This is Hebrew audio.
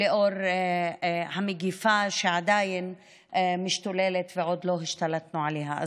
לנוכח המגפה שעדיין משתוללת ועדיין לא השתלטנו עליה,